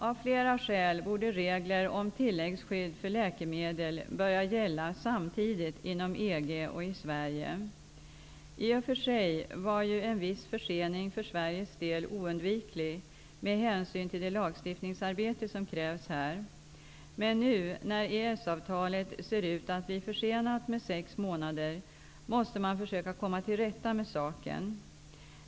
Av flera skäl borde regler om tilläggsskydd för läkemedel börja gälla samtidigt inom EG och i Sverige. I och för sig var ju en viss försening för Sveriges del oundviklig med hänsyn till det lagstiftningsarbete som krävs här. Men nu -- när ikraftträdandet av EES-avtalet ser ut att bli försenat med sex månader -- måste man försöka komma till rätta med saken.